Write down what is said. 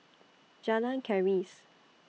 Jalan Keris